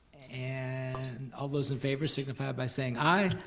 and all those in favor signify by saying aye? aye.